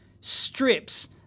strips